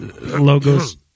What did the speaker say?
Logos